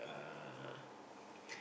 uh